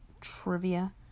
trivia